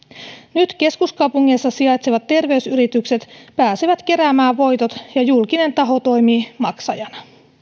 nyt keskuskaupungeissa sijaitsevat terveysyritykset pääsevät keräämään voitot ja julkinen taho toimii maksajana